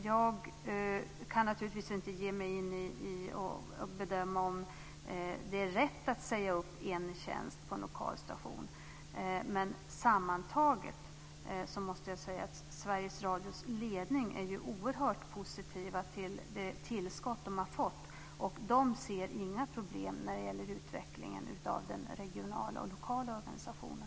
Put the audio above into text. Jag kan naturligtvis inte bedöma om det är rätt att säga upp en tjänst på en lokal station. Men sammantaget måste jag säga att Sveriges Radios ledning är oerhört positiv till det tillskott som de har fått. De ser inga problem med utvecklingen av den lokala och regionala organisationen.